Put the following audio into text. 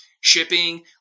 shipping